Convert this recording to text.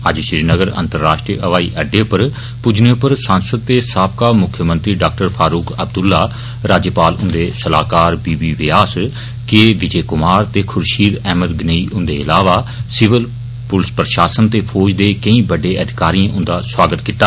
अज्ज श्रीनगर अंतर्राश्ट्रीय हवाई अड्डे पर पुज्जने पर सांसद ते साबका मुक्खमंत्री डाक्टर फारुक अब्दुल्ला राज्यपाल हुन्दे सलाहकार बी बी व्यास के विजय कुमार ते खुर्षीद अहमद गनेई हुन्दे इलावा सिविल पुलस प्रषासन ते फौज दे केई बड्डे अधिकारिएं उन्दा स्वागत कीता